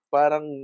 parang